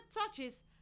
touches